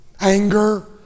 anger